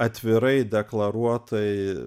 atvirai deklaruotai